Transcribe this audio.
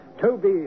Toby